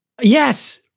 Yes